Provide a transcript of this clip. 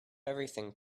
everything